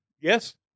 Yes